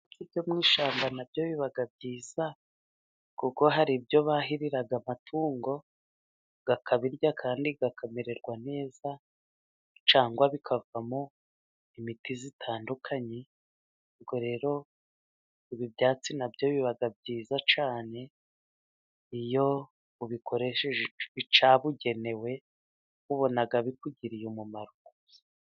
Ibyo mu ishyamba na byo biba byiza kuko hari ibyo bahirira amatungo, akabirya kandi akamererwa neza cyangwa bikavamo imiti itandukanye. Ubwo rero ibi byatsi nabyo biba byiza cyane iyo ubikoresheje icyabugenewe ubona bikugiriye umumaro.